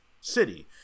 city